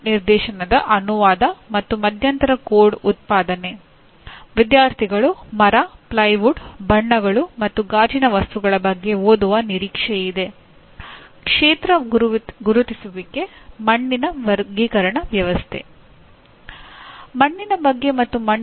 ನಿಮ್ಮ ಸಂವಹನದ ಮೊದಲ ಹಂತದಲ್ಲಿಲಭ್ಯವಿರುವ ಅನೇಕವುಗಳಲ್ಲಿ ಯಾವ ಮಾದರಿಯ ಬೋಧನೆಗೆ ಆದ್ಯತೆ ನೀಡಲು ನೀವು ಬಯಸುತ್ತೀರಿ